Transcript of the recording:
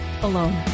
alone